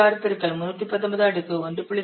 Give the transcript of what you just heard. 6 பெருக்கல் 319 அடுக்கு 1